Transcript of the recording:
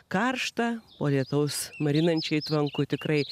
karšta po lietaus marinančiai tvanku tikrai